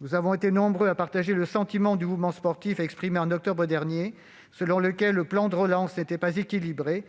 Nous avons été nombreux à partager le sentiment exprimé par le mouvement sportif en octobre dernier que le plan de relance n'était pas équilibré,